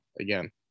again